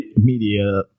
media